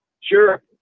sure